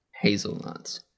Hazelnuts